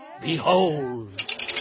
Behold